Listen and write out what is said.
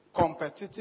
competitive